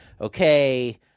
okay